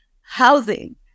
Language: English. housing